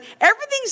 everything's